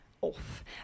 off